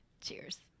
cheers